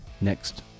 next